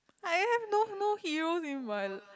I have no more hero in my